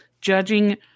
judging